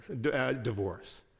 divorce